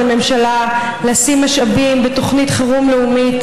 הממשלה לשים משאבים בתוכנית חירום לאומית,